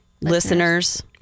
Listeners